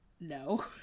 no